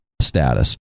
status